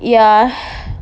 ya